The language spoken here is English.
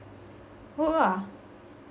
work lah